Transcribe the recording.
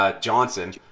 Johnson